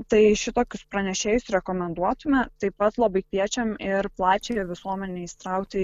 tai šitokius pranešėjus rekomenduotume taip pat labai kviečiam ir plačiąją visuomenę įsitraukti